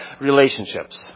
relationships